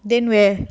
then where